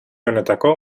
honetako